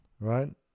Right